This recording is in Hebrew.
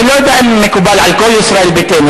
אני לא יודע אם זה מקובל על כל ישראל ביתנו,